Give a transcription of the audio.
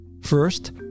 First